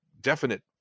definite